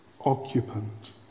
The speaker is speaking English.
occupant